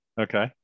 Okay